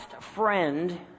friend